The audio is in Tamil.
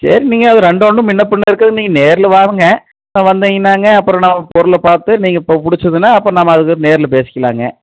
சரி நீங்கள் அது ரெண்டு ஒன்று முன்னப்பின்ன இருக்கு நீங்கள் நேரில் வாங்கங்க வந்தீங்கனாங்க அப்புறம் நம்ம பொருளை பார்த்து நீங்கள் இப்போ பிடிச்சிதுன்னா அப்போ நம்ம அதுகப்புறம் நேரில் பேசிக்கலாம்ங்க